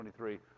23